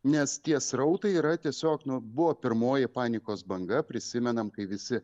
nes tie srautai yra tiesiog nu buvo pirmoji panikos banga prisimenam kai visi